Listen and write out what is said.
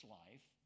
life